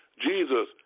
Jesus